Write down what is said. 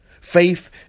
Faith